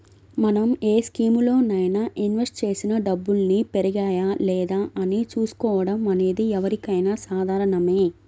మనం ఏ స్కీములోనైనా ఇన్వెస్ట్ చేసిన డబ్బుల్ని పెరిగాయా లేదా అని చూసుకోవడం అనేది ఎవరికైనా సాధారణమే